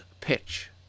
pitch